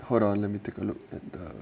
hold on let me take a look at the